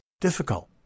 difficult